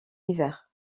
hiver